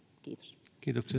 kiitos kiitos